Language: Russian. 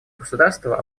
государства